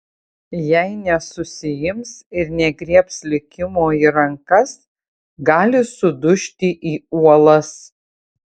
jei nesusiims ir negriebs likimo į rankas gali sudužti į uolas